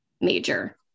major